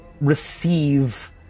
receive